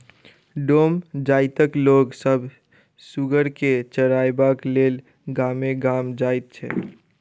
डोम जाइतक लोक सभ सुगर के चरयबाक लेल गामे गाम जाइत छै